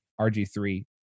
RG3